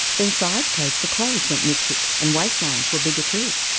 then size codes for clothes went metric and waistlines were bigger too.